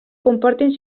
comportin